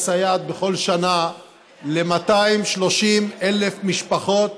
מסייעת בכל שנה ל-230,000 משפחות